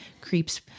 creeps